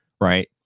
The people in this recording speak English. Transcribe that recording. Right